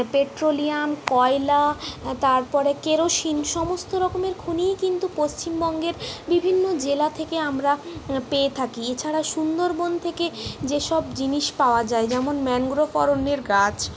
petroleum কয়লা তারপরে kerosene সমস্ত রকমের খনিই কিন্তু পশ্চিমবঙ্গের বিভিন্ন জেলা থেকে আমরা পেয়ে থাকি এছাড়া সুন্দরবন থেকে যেসব জিনিস পাওয়া যায় যেমন ম্যানগ্রোভ অরণ্যের গাছ